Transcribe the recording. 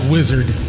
Wizard